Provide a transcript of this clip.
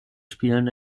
spielen